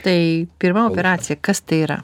tai pirma operacija kas tai yra